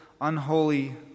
unholy